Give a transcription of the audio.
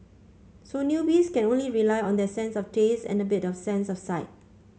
so newbies can only rely on their sense of taste and a bit of sense of sight